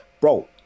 bro